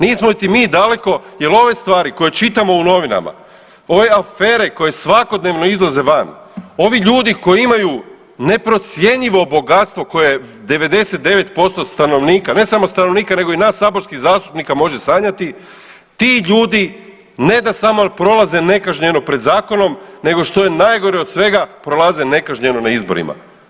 Nismo niti mi daleko jer ove stvari koje čitamo u novinama ove afere koje svakodnevno izlaze van, ovi ljudi koji imaju neprocjenjivo bogatstvo koje 99% stanovnika, ne samo stanovnika nego i nas saborskih zastupnika može sanjati, ti ljudi ne da samo prolaze nekažnjeno pred zakonom nego što je najgore od svega prolaze nekažnjeno na izborima.